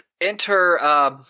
Enter